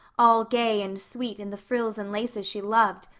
all gay and sweet in the frills and laces she loved,